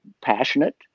passionate